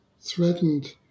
threatened